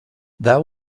that